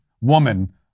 woman